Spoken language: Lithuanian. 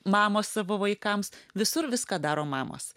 mamos savo vaikams visur viską daro mamos